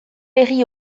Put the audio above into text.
herri